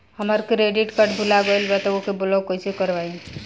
हमार credit card भुला गएल बा त ओके ब्लॉक कइसे करवाई?